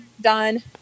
done